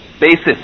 basis